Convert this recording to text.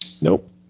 Nope